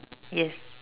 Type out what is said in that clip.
yes